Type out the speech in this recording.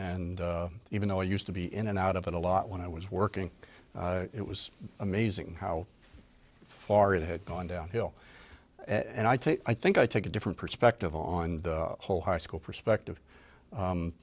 and even though i used to be in and out of it a lot when i was working it was amazing how far it had gone downhill and i think i think i took a different perspective on the whole high school perspective